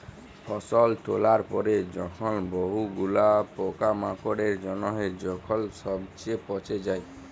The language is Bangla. ফসল তোলার পরে যখন বহু গুলা পোকামাকড়ের জনহে যখন সবচে পচে যায়